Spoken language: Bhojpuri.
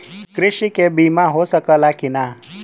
कृषि के बिमा हो सकला की ना?